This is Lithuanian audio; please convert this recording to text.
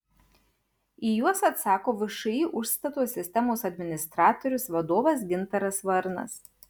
į juos atsako všį užstato sistemos administratorius vadovas gintaras varnas